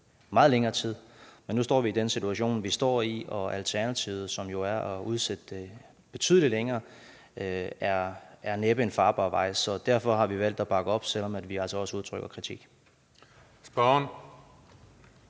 meget længere tid. Nu står vi i den situation, vi står i, og alternativet, som jo er at udsætte det betydelig længere, er næppe en farbar vej. Så derfor har vi valgt at bakke op, selv om vi altså også udtrykker kritik. Kl.